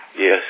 Yes